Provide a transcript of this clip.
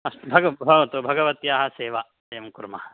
अस्तु भवतु भगवत्याः सेवा वयं कुर्मः